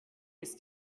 ist